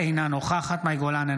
אינה נוכחת מאי גולן,